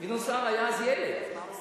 סער היה אז ילד.